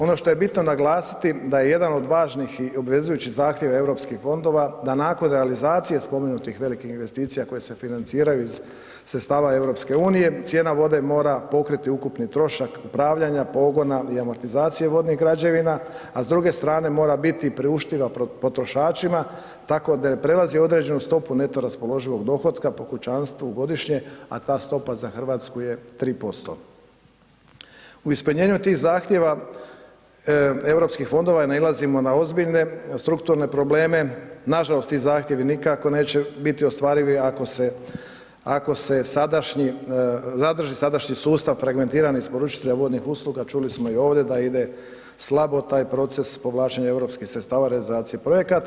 Ono što je bitno naglasiti da je jedan od važnih i obvezujućih zahtjeva Europskih fondova, da nakon realizacije spomenutih velikih investicija koje se financiraju iz sredstava EU cijena vode mora pokriti ukupni trošak upravljanja, pogona i amortizacije vodnih građevina, a s druge strane mora biti priuštiva potrošačima, tako da ne prelazi određenu stopu neto raspoloživog dohotka po kućanstvu godišnje, a ta stopa za RH je 3%, U ispunjenju tih zahtjeva Europskih fondova nailazimo na ozbiljne strukturne probleme, nažalost, ti zahtjevi nikako neće biti ostvarivi ako se zadrži sadašnji sustav fragmentiranih isporučitelja vodnih usluga, čuli smo i ovdje da ide slabo taj proces povlačenja europskih sredstava i realizacija projekata.